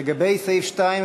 לגבי סעיף 2,